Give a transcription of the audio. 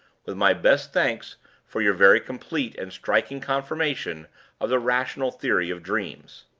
with my best thanks for your very complete and striking confirmation of the rational theory of dreams.